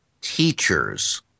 teachers